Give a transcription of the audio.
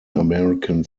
american